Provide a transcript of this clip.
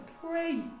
pray